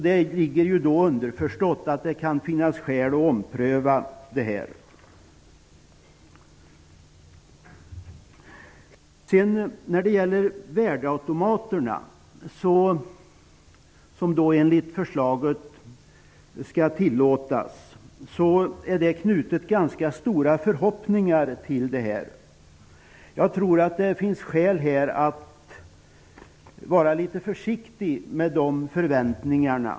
Det är då underförstått att det kan visa sig finnas skäl att ompröva frågan. Till värdeautomaterna, som enligt förslaget skall tillåtas på land, är ganska stora förhoppningar knutna. Jag tror att det finns skäl att vara litet försiktig med de förväntningarna.